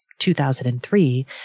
2003